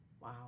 Wow